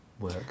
work